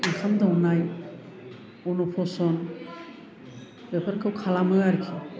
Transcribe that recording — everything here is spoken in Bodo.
ओंखाम दौनाय अन्न'प्र'सन बेफोरखौ खालामो आरोखि